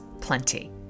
plenty